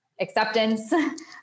acceptance